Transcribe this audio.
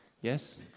Yes